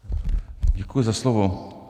Děkuji za slovo.